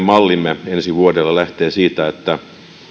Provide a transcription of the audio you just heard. mallimme ensi vuodelle lähtee siitä että